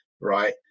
right